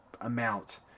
amount